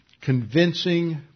convincing